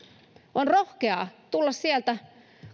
on rohkeaa tulla sieltä